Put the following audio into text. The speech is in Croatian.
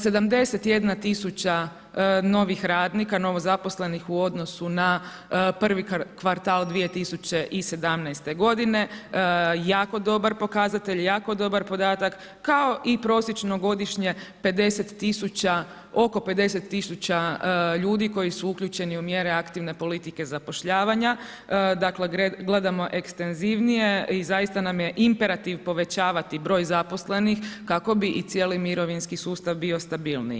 71 tisuća novih radnika, novo zaposlenih u odnosu na prvi kvartal 2017. g. jako dobar pokazatelj, jako dobar podatak, kao i prosječno godišnje 50 tisuća, oko 50 tisuća ljudi koji su uključeni u mjere aktivne politike zapošljavanja, dakle, gledamo ekstenzivnijem i zaista nam je imperativ povećavati broj zaposlenih kako bi i cijeli mirovinski sustav bio stabilniji.